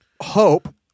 hope